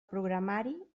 programari